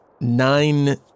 nine